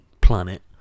planet